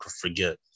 forget